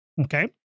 Okay